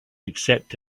accept